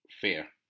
fair